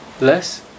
less